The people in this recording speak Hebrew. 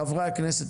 חברי הכנסת,